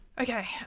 Okay